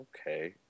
Okay